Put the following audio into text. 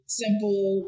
simple